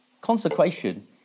Consecration